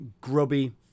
grubby